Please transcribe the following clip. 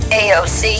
aoc